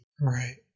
Right